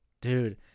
Dude